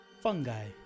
fungi